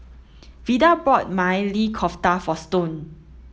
Vida bought Maili Kofta for Stone